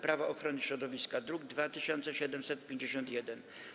Prawo ochrony środowiska, druk nr 2751.